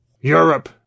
Europe